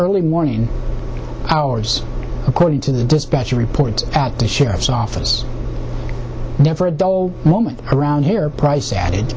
early morning hours according to the dispatch report at the sheriff's office never a dull moment around here price added